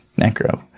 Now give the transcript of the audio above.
Necro